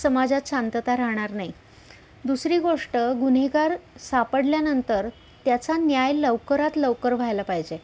समाजात शांतता राहणार नाही दुसरी गोष्ट गुन्हेगार सापडल्यानंतर त्याचा न्याय लवकरात लवकर व्हायला पाहिजे